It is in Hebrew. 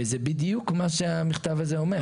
וזה בדיוק מה שהמכתב הזה אומר.